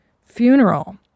funeral